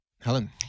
Helen